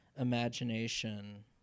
Imagination